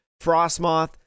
Frostmoth